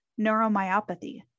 neuromyopathy